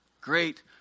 Great